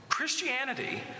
Christianity